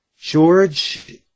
George